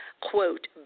Quote